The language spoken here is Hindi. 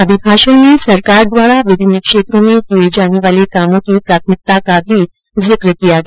अभिभाषण में सरकार द्वारा विभिन्न क्षेत्रों में किये जाने वाले कामों की प्राथमिकता का भी जिक किया गया